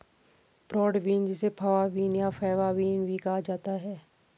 broad bean जिसे fava bean या faba bean भी कहा जाता है